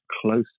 close